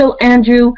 Andrew